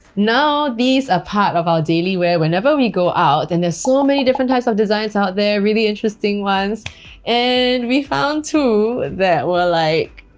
now these are part of our daily wear whenever we go out and there's so many different types of designs out there, really interesting ones and we found two that were like.